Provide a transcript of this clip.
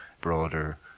broader